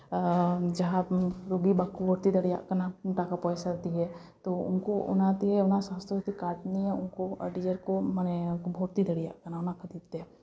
ᱡᱟᱦᱟᱸᱭ ᱠᱚ ᱨᱩᱜᱤ ᱵᱟᱠᱚ ᱵᱷᱚᱛᱛᱤ ᱫᱟᱲᱮᱭᱟᱜ ᱠᱟᱱᱟ ᱴᱟᱠᱟ ᱯᱚᱭᱥᱟ ᱫᱤᱭᱮ ᱛᱳ ᱩᱱᱠᱩ ᱚᱱᱟᱛᱮ ᱚᱱᱟ ᱥᱟᱥᱛᱷᱚ ᱥᱟᱛᱷᱤ ᱠᱟᱨᱰ ᱱᱤᱭᱮ ᱩᱱᱠᱩ ᱟᱹᱰᱤ ᱡᱳᱨ ᱠᱚ ᱢᱟᱱᱮ ᱵᱷᱚᱨᱛᱤ ᱫᱟᱲᱮᱭᱟᱜ ᱠᱟᱱᱟ ᱚᱱᱟ ᱠᱷᱟᱹᱛᱤᱨ ᱛᱮ